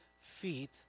feet